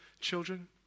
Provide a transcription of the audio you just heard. children